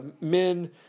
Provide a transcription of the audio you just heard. men